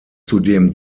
zudem